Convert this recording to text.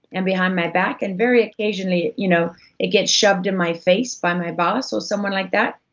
and behind my back, and very occasionally you know it gets shoved in my face by my boss, or someone like that,